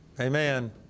Amen